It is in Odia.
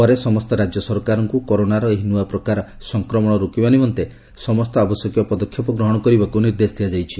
ପରେ ସମସ୍ତ ରାଜ୍ୟ ସରକାରଙ୍କୁ କରୋନାର ଏହି ନୂଆ ପ୍ରକାର ସଂକ୍ରମଣ ରୋକିବା ନିମନ୍ତେ ସମସ୍ତ ଆବଶ୍ୟକୀୟ ପଦକ୍ଷେପ ଗ୍ରହଣ କରିବାକୁ ନିର୍ଦ୍ଦେଶ ଦିଆଯାଇଛି